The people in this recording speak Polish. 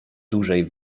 dużej